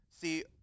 see